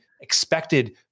expected